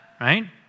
right